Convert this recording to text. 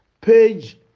page